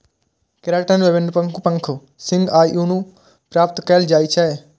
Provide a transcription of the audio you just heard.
keratin विभिन्न पशुक पंख, सींग आ ऊन सं प्राप्त कैल जाइ छै